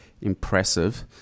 impressive